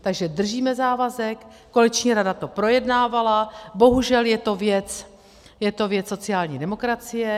Takže držíme závazek, koaliční rada to projednávala, bohužel je to věc sociální demokracie.